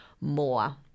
more